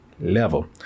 level